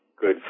good